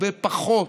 הרבה פחות,